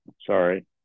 Sorry